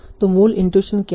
तो मूल इन्टूसन क्या है